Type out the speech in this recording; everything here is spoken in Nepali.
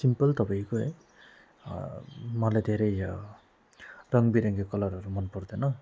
सिम्पल तपाईँको है मलाई धेरै रङबिरङ्गी कलरहरू मनपर्दैन